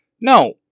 No